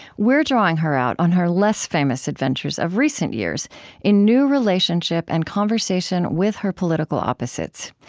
we're drawing her out on her less famous adventures of recent years in new relationship and conversation with her political opposites.